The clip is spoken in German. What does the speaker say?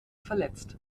verletzt